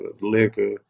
liquor